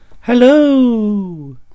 Hello